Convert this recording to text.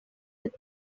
the